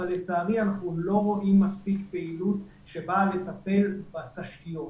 אבל לצערי אנחנו לא רואים מספיק פעילות שבאה לטפל בתשתיות,